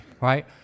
right